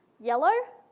yellow,